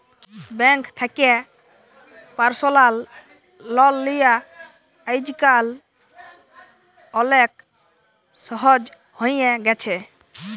bank থ্যাকে personal loan লিয়া আইজকাল অলেক সহজ হ্যঁয়ে গেছে